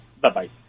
Bye-bye